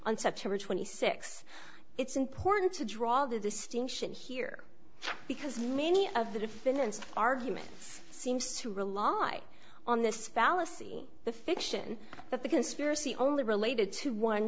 on september twenty six it's important to draw the distinction here because many of the defendants argument seems to rely on this fallacy the fiction that the conspiracy only related to one